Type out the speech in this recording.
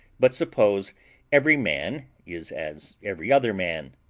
but suppose every man is as every other man.